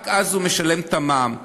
רק אז הוא משלם את המע"מ.